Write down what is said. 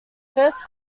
first